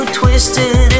twisted